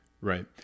Right